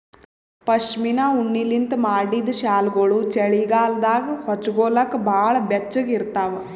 ಪಶ್ಮಿನಾ ಉಣ್ಣಿಲಿಂತ್ ಮಾಡಿದ್ದ್ ಶಾಲ್ಗೊಳು ಚಳಿಗಾಲದಾಗ ಹೊಚ್ಗೋಲಕ್ ಭಾಳ್ ಬೆಚ್ಚಗ ಇರ್ತಾವ